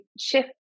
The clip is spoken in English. shift